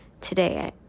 today